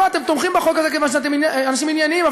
אתם תומכים בחוק הזה כיוון שאתם אנשים ענייניים,